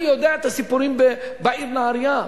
אני יודע את הסיפורים בעיר נהרייה,